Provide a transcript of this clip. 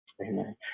Amen